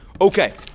Okay